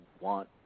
want